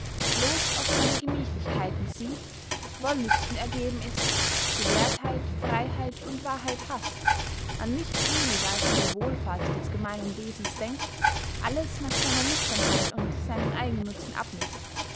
blos auf seine gemächlichkeiten sieht wollüsten ergeben ist gelehrtheit freyheit und wahrheit haßt an nichts weniger als an die wohlfahrt des gemeinen wesens denkt alles nach seiner lüsternheit und seinem eigennutzen abmißt